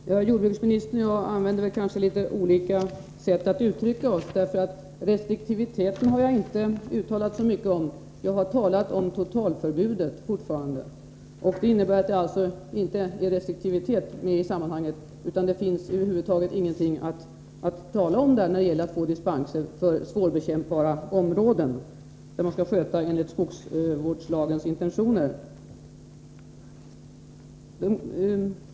Herr talman! Jordbruksministern och jag använder kanske litet olika sätt att uttrycka oss. Jag har inte talat om restriktivitet utan om totalförbud. Det innebär att det inte är någon restriktivitet med i sammanhanget. Det finns över huvud taget ingenting att tala om när det gäller att få dispens för svårbekämpbara områden, som man skall sköta enligt skogsvårdslagens intentioner.